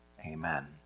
Amen